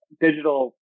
digital